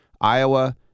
Iowa